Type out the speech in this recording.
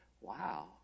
wow